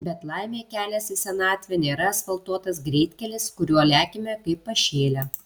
bet laimei kelias į senatvę nėra asfaltuotas greitkelis kuriuo lekiame kaip pašėlę